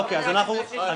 אושרה,